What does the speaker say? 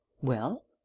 Well